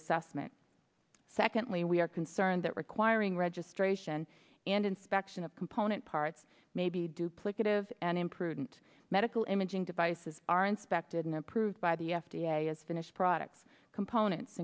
assessment secondly we are concerned that requiring registration and inspection of component parts may be duplicative and imprudent medical imaging devices are inspected and approved by the f d a as finished products components